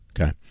Okay